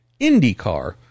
IndyCar